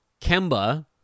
Kemba